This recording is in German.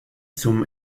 zum